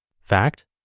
Fact